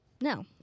no